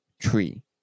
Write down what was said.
tree